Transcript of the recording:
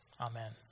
Amen